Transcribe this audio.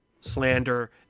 slander